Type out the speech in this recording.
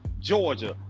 Georgia